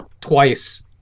twice